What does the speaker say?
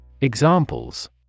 Examples